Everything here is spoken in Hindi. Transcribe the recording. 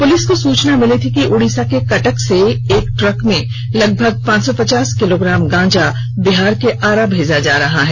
पुलिस को यह सूचना मिली कि उड़ीसा के कटक से एक ट्रक में लगभग पांच सौ पचास किलोग्राम गांजा बिहार के आरा जा रहा है